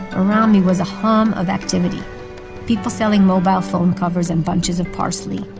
around me was a hum of activity people selling mobile phone covers and bunches of parsley,